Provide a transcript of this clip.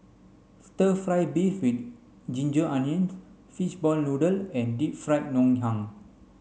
stir fry beef with ginger onions fishball noodle and Deep Fried Ngoh Hiang